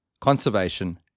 conservation